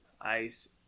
Ice